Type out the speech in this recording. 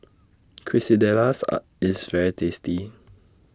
Quesadillas IS very tasty